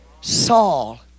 Saul